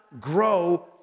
grow